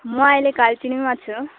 म अहिले कालचिनीमा छु